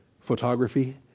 photography